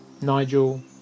Nigel